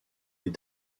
des